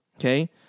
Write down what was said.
Okay